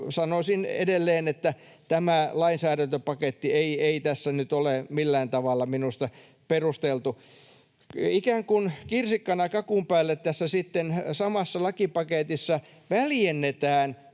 sanoisin edelleen, että tämä lainsäädäntöpaketti ei tässä nyt ole millään tavalla minusta perusteltu. Ikään kuin kirsikkana kakun päälle tässä samassa lakipaketissa väljennetään